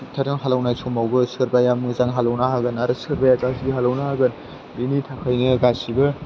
थ्रेक्ट'रजों हालेवनाय समावबो सोरबाया मोजां हालेवना होगोन आरो सोरबाया गाज्रि हालेवना होगोन बिनि थाखायनो गासैबो